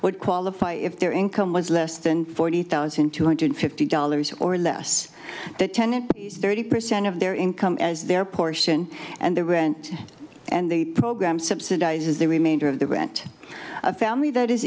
would qualify if their income was less than forty thousand two hundred fifty dollars or less that ten and thirty percent of their income as their portion and the rent and the program subsidizes the remainder of the rent a family that is